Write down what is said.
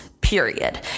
period